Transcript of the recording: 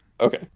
Okay